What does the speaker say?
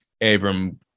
Abram